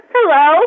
Hello